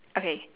okay